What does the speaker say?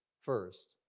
first